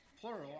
plural